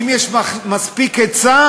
שימכרו לציבור,